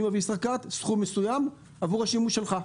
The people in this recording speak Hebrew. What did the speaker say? אני מעביר תשלום עבור השימוש שלך.